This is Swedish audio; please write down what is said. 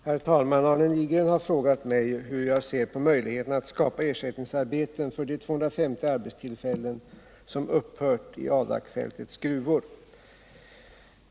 Herr talman! Arne Nygren har frågat mig hur jag ser på möjligheterna att skapa ersättningsarbeten för de 250 arbetstillfällen som upphört i Adakfältets gruvor.